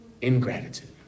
Ingratitude